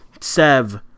Sev